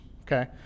okay